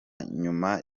nyuma